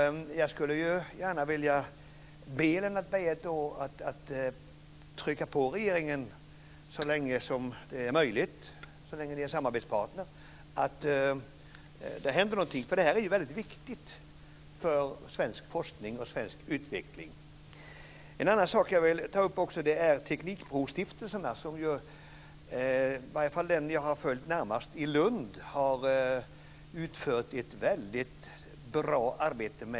Jag skulle gärna vilja be Lennart Beijer att trycka på regeringen så länge som det är möjligt, så länge ni är en samarbetspartner, så att det händer något. Detta är nämligen väldigt viktigt för svensk forskning och utveckling. En annan sak som jag vill ta upp är teknikbrostiftelserna. Åtminstone den i Lund som jag har följt närmast har utfört ett väldigt bra arbete.